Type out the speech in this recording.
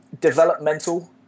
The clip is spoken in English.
developmental